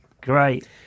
Great